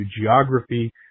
Geography